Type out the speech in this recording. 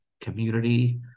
community